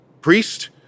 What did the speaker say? priest